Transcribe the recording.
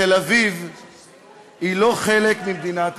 תל-אביב היא לא חלק ממדינת ישראל.